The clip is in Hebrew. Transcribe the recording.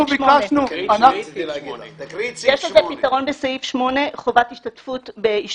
יש לזה פתרון בסעיף 8. זה מה שרציתי להגיד לך,